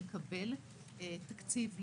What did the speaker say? לקבל תקציב לטיפול,